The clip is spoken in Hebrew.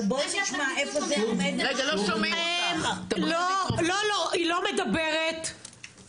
אבל בואי נשמע איפה זה עומד --- מה שהפרקליטות אומרת זה חשוב.